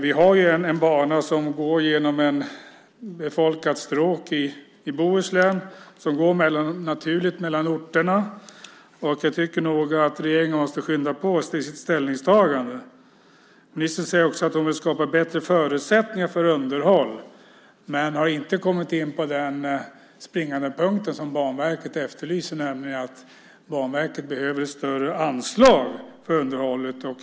Vi har ju en bana som går genom ett befolkat stråk i Bohuslän, som går naturligt mellan orterna. Jag tycker nog att regeringen måste skynda på sitt ställningstagande. Ministern säger också att hon vill skapa förutsättningar för underhåll, men har inte kommit in på den springande punkten och något som Banverket efterlyser, nämligen ett större anslag till Banverket för underhållet.